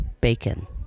Bacon